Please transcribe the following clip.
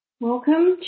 Welcome